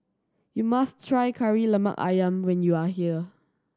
you must try Kari Lemak Ayam when you are here